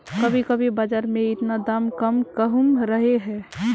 कभी कभी बाजार में इतना दाम कम कहुम रहे है?